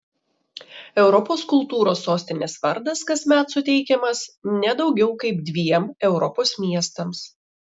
europos kultūros sostinės vardas kasmet suteikiamas ne daugiau kaip dviem europos miestams